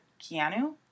Keanu